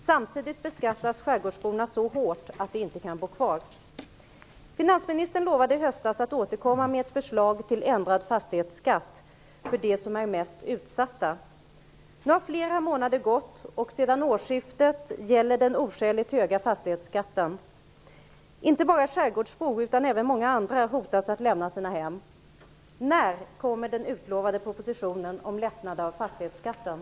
Samtidigt beskattas skärgårdsborna så hårt att de inte kan bo kvar. Finansministern lovade i höstas att återkomma med ett förslag till ändrad fastighetsskatt för dem som är mest utsatta. Nu har flera månader gått. Sedan årsskiftet gäller den oskäligt höga fastighetsskatten. Inte bara skärgårdsbor utan även många andra hotas av att behöva lämna sina hem.